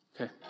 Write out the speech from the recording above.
Okay